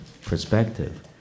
perspective